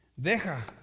deja